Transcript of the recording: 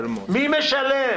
בטבת התשפ"א (31 בדצמבר 2020)"; (2)בפסקה (7),